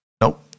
Nope